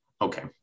Okay